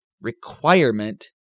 requirement